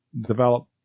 develop